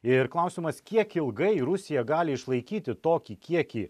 ir klausimas kiek ilgai rusija gali išlaikyti tokį kiekį